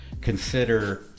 consider